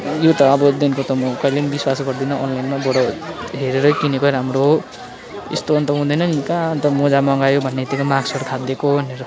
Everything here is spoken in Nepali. यो त अब देखिको त म कहिले पनि विश्वास गर्दिनँ अनलाइनमा बरु हेरेर किनेकै राम्रो हो यस्तो अन्त हुँदैन नि कहाँ अन्त मोजा मगायो भन्ने यत्तिकै माक्सहरू खाँदिदिएको भनेर